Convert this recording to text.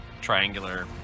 triangular